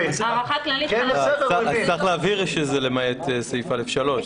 אז צריך להבהיר שזה למעט סעיף (א)(3).